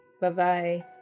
Bye-bye